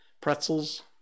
Pretzels